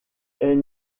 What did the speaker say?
est